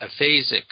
aphasic